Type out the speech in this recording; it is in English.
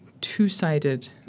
two-sided